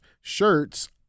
shirts